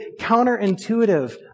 counterintuitive